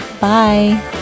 bye